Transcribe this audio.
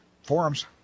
Forums